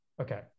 Okay